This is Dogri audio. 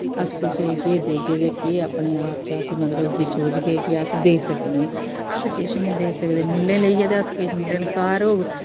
अस कुसै गी केह् देगे ते केह् अपने आप च मतलब सोचगे कि अस देई सकने आं अस किश निं देई सकदे मुल्लें लेइयै ते अस किश निं लेकिन घर होग